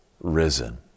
risen